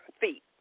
feet